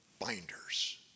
binders